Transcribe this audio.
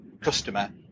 customer